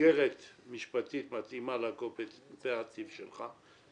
הצעת חוק של שלישייה מאוד מיוחדת,